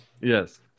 Yes